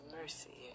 mercy